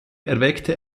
erweckte